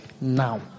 now